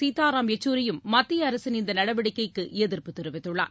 சீதாராம் யெச்சூரியும் மத்திய அரசின் இந்த நடவடிக்கைக்கு எதிர்ப்பு தெரிவித்துள்ளார்